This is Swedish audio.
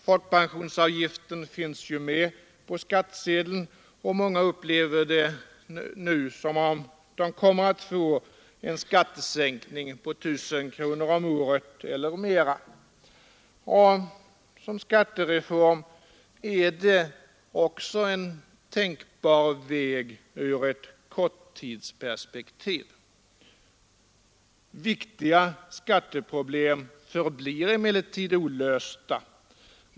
Folkpensionsavgiften finns ju med på skattsedeln, och många upplever det som om de kommer att få en skattesänkning på 1 000 kronor om året eller mera. Och som skattereform är detta också en tänkbar väg ur ett korttidsperspektiv. Viktiga skatteproblem förblir emellertid olösta.